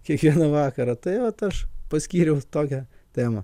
kiekvieną vakarą tai vat aš paskyriau tokią temą